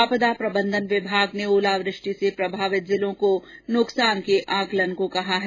आपदा प्रबंधन विभाग ने ओलावृष्टि से प्रभावित जिलों को नुकसान के आंकलन को कहा है